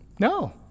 No